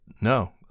no